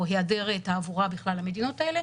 או היעדר תעבורה בכלל למדינות אלה,